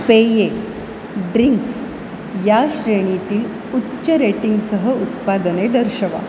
पेये ड्रिंक्स या श्रेणीतील उच्च रेटिंगसह उत्पादने दर्शवा